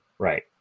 Right